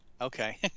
Okay